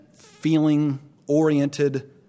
feeling-oriented